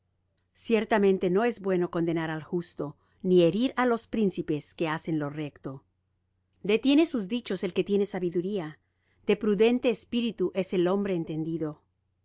ciertamente no es bueno condenar al justo ni herir á los príncipes que hacen lo recto detiene sus dichos el que tiene sabiduría de prudente espíritu es el hombre entendido